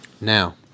Now